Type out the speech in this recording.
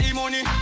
money